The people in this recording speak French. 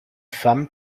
femme